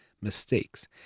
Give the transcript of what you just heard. Mistakes